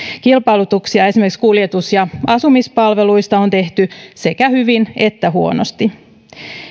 kilpailutuksia esimerkiksi kuljetus ja asumispalveluista on tehty sekä hyvin että huonosti